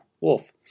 wolf